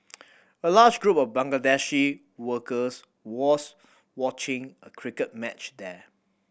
a large group of Bangladeshi workers was watching a cricket match there